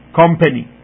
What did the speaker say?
company